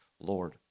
Lord